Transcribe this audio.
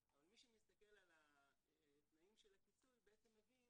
אבל מי שמסתכל על התנאים של הכיסוי מבין